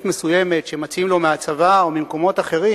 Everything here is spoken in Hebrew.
מסוימת שמציעים לו מהצבא או ממקומות אחרים.